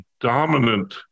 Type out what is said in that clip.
dominant